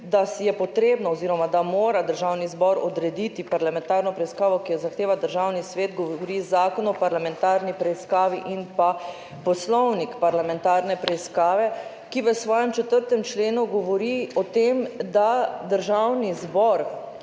da je potrebno oziroma da mora Državni zbor odrediti parlamentarno preiskavo, ki jo zahteva Državni svet, govorita Zakon o parlamentarni preiskavi in pa Poslovnik parlamentarne preiskave, ki v svojem 4. členu govori o tem, da Državni zbor